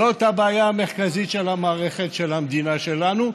זו הבעיה המרכזית של המערכת של המדינה שלנו,